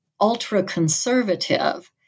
ultra-conservative